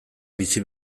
bizi